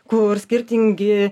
kur skirtingi